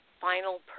final